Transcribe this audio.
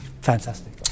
fantastic